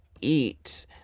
eat